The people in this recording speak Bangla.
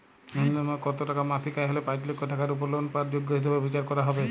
ন্যুনতম কত টাকা মাসিক আয় হলে পাঁচ লক্ষ টাকার উপর লোন পাওয়ার যোগ্য হিসেবে বিচার করা হবে?